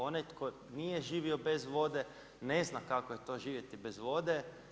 Onaj tko nije živio bez vode ne zna kako je to živjeti bez vode.